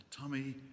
tummy